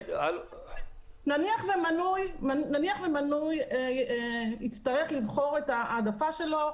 נניח שמנוי יצטרך לבחור את ההעדפה שלו